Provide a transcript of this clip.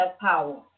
power